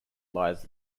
lies